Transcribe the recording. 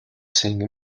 sing